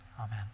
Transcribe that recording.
Amen